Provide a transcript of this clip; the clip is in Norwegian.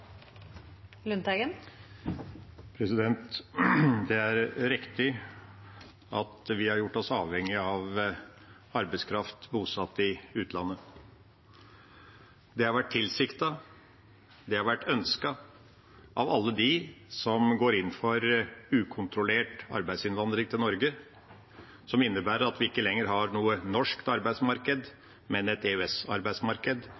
riktig at vi har gjort oss avhengig av arbeidskraft bosatt i utlandet. Det har vært tilsiktet, det har vært ønsket av alle som går inn for ukontrollert arbeidsinnvandring til Norge, noe som innebærer at vi ikke lenger har